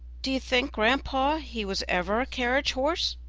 do you think, grandpapa, he was ever a carriage horse?